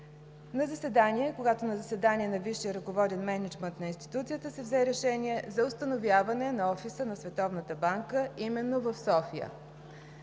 тази година, когато на заседание на Висшия ръководен мениджмънт на институцията се взе решение за установяване на офиса на Световната банка именно в София.